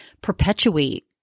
perpetuate